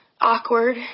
awkward